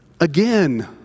again